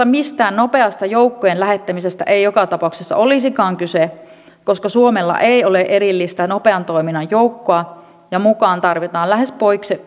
mistään nopeasta joukkojen lähettämisestä ei joka tapauksessa olisikaan kyse koska suomella ei ole erillistä nopean toiminnan joukkoa ja mukaan tarvitaan lähes